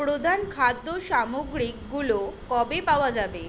প্রধান খাদ্যসামগ্রীগুলো কবে পাওয়া যাবে